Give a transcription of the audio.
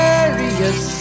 Various